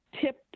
tip